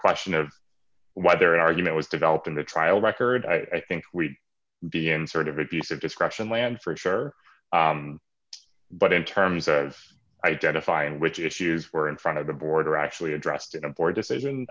question of whether an argument was developed in the trial record i think we'd be in sort of a piece of discretion land for sure but in terms of identifying which issues were in front of the board or actually addressed in a board decision